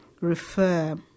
refer